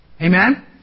Amen